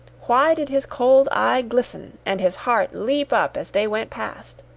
why did his cold eye glisten, and his heart leap up as they went past!